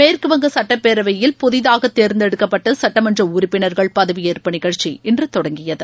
மேற்குவங்கசட்டப்பேரவைக்கு புதிதாகதேர்ந்தெடுக்கப்பட்டசட்டமன்றஉறுப்பினர்கள் பதவியேற்பு நிகழ்ச்சி இன்றுதொடங்கியது